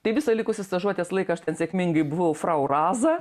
tai visą likusį stažuotės laiką aš ten sėkmingai buvau frau raza